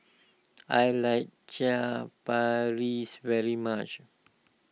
I like Chaat Paris very much